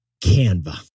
Canva